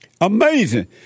Amazing